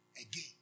Again